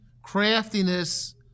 craftiness